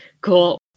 Cool